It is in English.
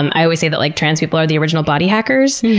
and i always say that like trans people are the original body hackers,